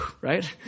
right